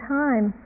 time